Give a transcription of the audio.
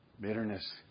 bitterness